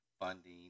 funding